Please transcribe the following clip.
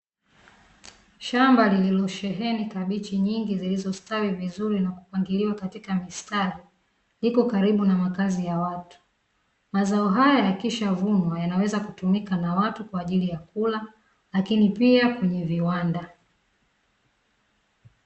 Shamba lililosheheni kabichi nyingi zilizostawi vizuri na kupangiliwa katika mistari, iko karibu na makazi ya watu. Mazao haya yakishavunwa yanaweza kutumika na watu kwaajili ya kula, lakini pia kwenye viwanda.